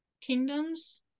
kingdoms